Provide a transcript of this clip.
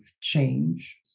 change